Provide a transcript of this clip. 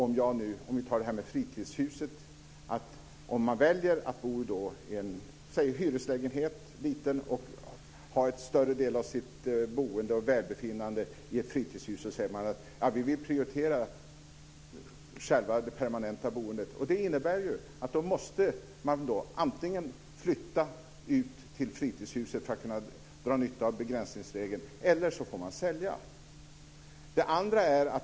Man kanske väljer att bo i en liten hyreslägenhet och ha en större del av sitt boende och välbefinnande i ett fritidshus. Socialdemokraterna säger: Vi vill prioritera det permanenta boendet. Det innebär att man antingen måste flytta ut till fritidshuset för att kunna dra nytta av begränsningsregeln eller sälja.